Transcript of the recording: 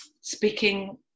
speaking